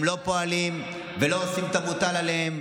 הם לא פועלים ולא עושים את המוטל עליהם,